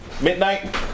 Midnight